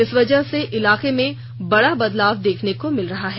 इस वजह से इस इलाके में बड़ा बदलाव देखने को मिल रहा है